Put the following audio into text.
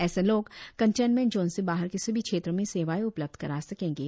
ऐसे लोग containment zone से बाहर के सभी क्षेत्रों में सेवाएं उपलब्ध करा सकेंगे